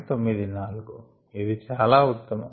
94 ఇది చాలా ఉత్తమం